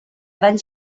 danys